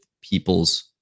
people's